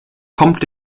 kommt